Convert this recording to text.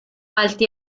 alti